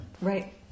Right